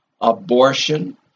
abortion